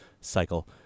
cycle